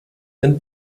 den